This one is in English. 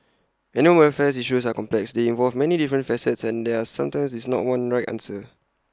animal welfare issues are complex they involve many different facets and there are sometimes is not one right answer